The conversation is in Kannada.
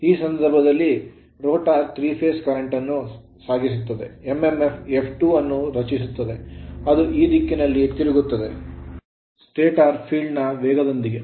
ಈ ಸಂದರ್ಭದಲ್ಲಿ rotor ರೋಟರ್ 3 ಫೇಸ್ ಕರೆಂಟ್ ಅನ್ನು ಸಾಗಿಸುತ್ತದೆ mmf F2 ಅನ್ನು ರಚಿಸುತ್ತದೆ ಅದು ಈ ದಿಕ್ಕಿನಲ್ಲಿ ತಿರುಗುತ್ತದೆ stator ಸ್ಟಾಟರ್ ಫೀಲ್ಡ್ ನ ವೇಗದೊಂದಿಗೆ